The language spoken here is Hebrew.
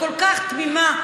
הכל-כך תמימה,